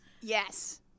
Yes